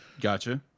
gotcha